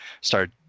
start